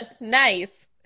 Nice